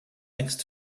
next